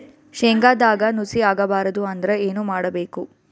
ಶೇಂಗದಾಗ ನುಸಿ ಆಗಬಾರದು ಅಂದ್ರ ಏನು ಮಾಡಬೇಕು?